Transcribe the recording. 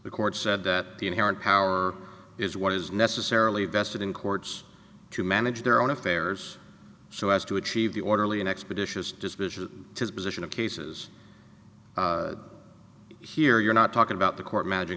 the court said that the inherent power is what is necessarily vested in courts to manage their own affairs so as to achieve the orderly and expeditious decision of his position of cases here you're not talking about the court managing